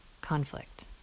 conflict